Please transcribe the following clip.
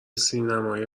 سینمای